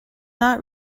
not